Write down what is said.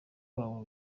wabo